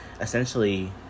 essentially